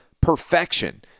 perfection